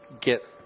get